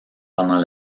pendant